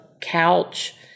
couch